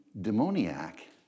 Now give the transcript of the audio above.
demoniac